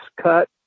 cut